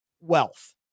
wealth